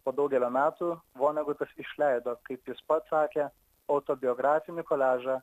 po daugelio metų vonegutas išleido kaip jis pats sakė autobiografinį koliažą